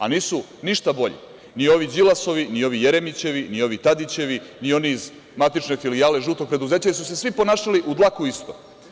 Nisu ništa bolji ni ovi Đilasovi, ni ovi Jeremićevi, ni ovi Tadićevi, ni oni iz matične filijale „žutog preduzeća“, jer su se svi ponašali u dlaku isto.